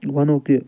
وَنہو کہِ